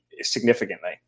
significantly